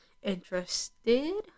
Interested